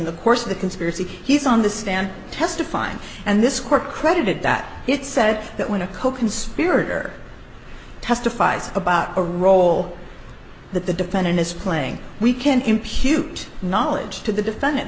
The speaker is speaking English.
in the course of the conspiracy he's on the stand testifying and this court credited that it said that when a coconspirator testifies about a role that the defendant is playing we can't impute knowledge to the defen